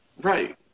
Right